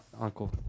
Uncle